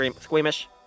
squeamish